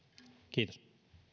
kiitos